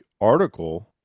article